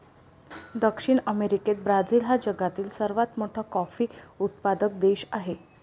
दक्षिण अमेरिकेत ब्राझील हा जगातील सर्वात मोठा कॉफी उत्पादक देश आहे